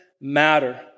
matter